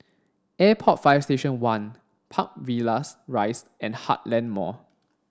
Airport Fire Station One Park Villas Rise and Heartland Mall